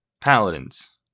paladins